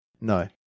No